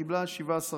היא קיבלה 17 מנדטים.